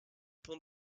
pan